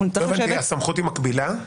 אנחנו נצטרך לגייס --- הסמכות היא מקבילה?